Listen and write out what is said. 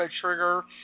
trigger